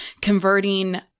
converting